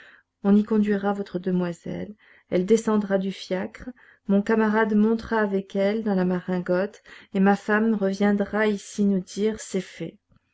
on y conduira votre demoiselle elle descendra du fiacre mon camarade montera avec elle dans la maringotte et ma femme reviendra ici nous dire c'est fait